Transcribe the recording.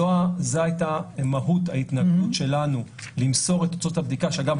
זו הייתה מהות ההתנגדות שלנו למסור את תוצאות הבדיקה שאגב,